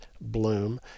bloom